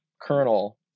kernel